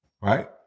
Right